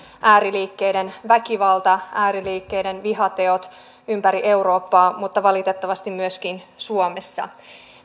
ääriliikkeiden väkivalta ääriliikkeiden vihateot ympäri eurooppaa mutta valitettavasti myöskin suomessa